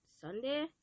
Sunday